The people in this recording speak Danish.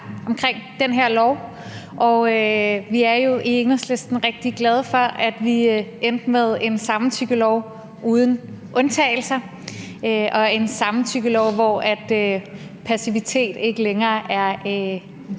omkring den her lov, og vi er jo i Enhedslisten rigtig glade for, at vi endte med en samtykkelov uden undtagelser og en samtykkelov, hvor passivitet ikke længere er et